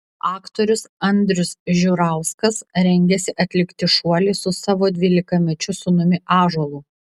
aktorius andrius žiurauskas rengiasi atlikti šuolį su savo dvylikamečiu sūnumi ąžuolu